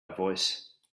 voice